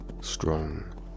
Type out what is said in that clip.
strong